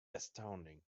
astounding